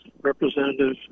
representative